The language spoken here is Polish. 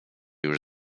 już